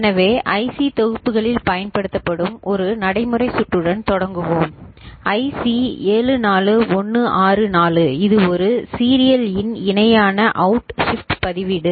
எனவே ஐசி தொகுப்புகளில் பயன்படுத்தப்படும் ஒரு நடைமுறை சுற்றுடன் தொடங்குவோம் ஐசி 74164 இது ஒரு சீரியல் இன் இணையான அவுட் ஷிப்ட் பதிவேடு